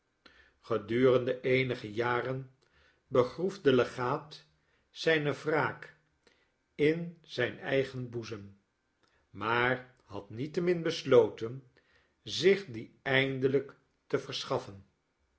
gedurende eenige jaren begroef de legaat zijne wraak in zijn eigen boezem maar hadniettemin besloten zich die eindelijk te verschaffen